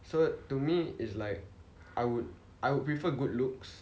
so to me it's like I would I would prefer good looks